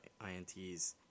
ints